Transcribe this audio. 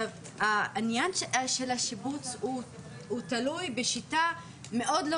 עניין השיבוץ הוא תלוי בשיטה מאוד לא